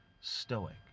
stoic